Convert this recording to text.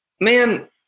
Man